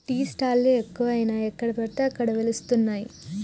tea stall లు ఎక్కువయినాయి ఎక్కడ పడితే అక్కడ వెలుస్తానయ్